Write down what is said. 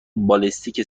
بالستیک